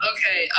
Okay